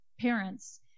parents